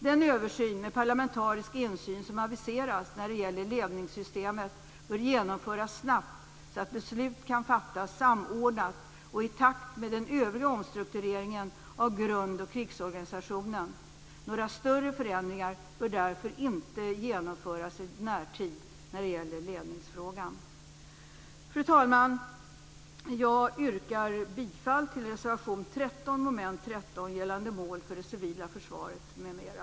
Den översyn med parlamentarisk insyn som aviseras när det gäller ledningssystemet bör genomföras snabbt, så att beslut kan fattas samordnat och i takt med den övriga omstruktureringen av grund och krigsorganisationen. Några större förändringar när det gäller ledningsfrågan bör därför inte genomföras i närtid. Fru talman! Jag yrkar bifall till reservation 13 under mom. 13 gällande mål för det civila försvaret m.m.